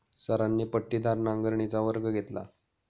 सरांनी पट्टीदार नांगरणीचा वर्ग घेतला